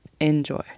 Enjoy